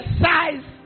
size